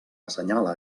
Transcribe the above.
assenyala